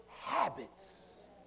habits